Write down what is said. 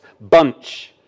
bunch